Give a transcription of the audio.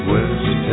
West